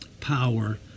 power